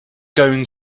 going